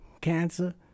cancer